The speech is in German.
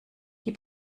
die